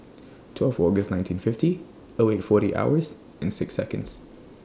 twelve August nineteen fifty O eight forty hours and six Seconds